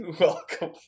Welcome